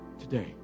Today